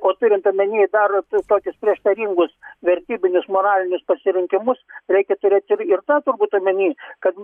o turint omeny dar tokius prieštaringus vertybinius moralinius pasirinkimus reikia turėti irgi ir tą turbūt omeny kad